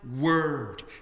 word